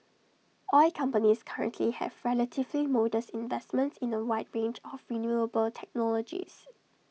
oil companies currently have relatively modest investments in A wide range of renewable technologies